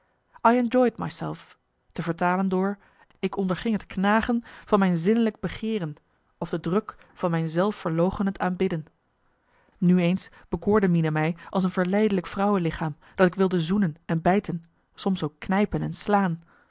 myself te vertalen door ik onderging het knagen van mijn zinnelijk begeeren of de druk van mijn zelfverloochenend aanbidden nu eens bekoorde mina mij als een verleidelijk vrouwelichaam dat ik wilde zoenen en bijten soms ook knijpen en slaan